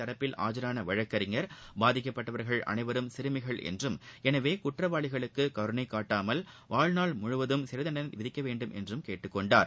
தரப்பில் ஆஜரான வழக்கிறஞர் பாதிக்கப்பட்டவர்கள் அனைவரும் சிறமிகள் என்றும் எனவே குற்றவாளிகளுக்கு கருணை காட்டாமல் வாழ்நாள் முழுவதும் சிறை தண்டணை விதிக்க வேண்டும் என்றும் கேட்டுக் கொண்டார்